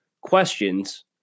questions